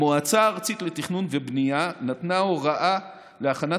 המועצה הארצית לתכנון ובנייה נתנה הוראה להכנת